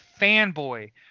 fanboy